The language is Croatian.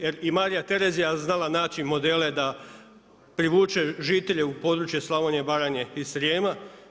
Jer i Marija Terezija je znala naći modele da privuče žitelje u područje Slavonije, Baranje i Srijema.